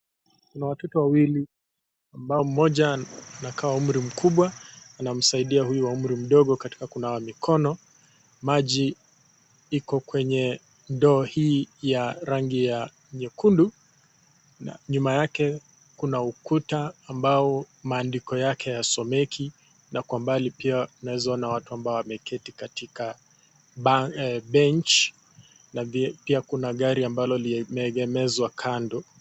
Kuna watoto wawili ambao mmoja anakaa wa umri mkubwa, anamsaidia huyu wa umri mdogo katika kunawa mikono. Maji iko kwenye ndoo hii yenye rangi ya nyekundu. Nyuma yake kuna ukuta ambao maandiko yake hayasomeki na kwa mbali pia unaeza ona watu ambaowameketi katika cs(bench) na pia Kuna gari limeegemeshwa.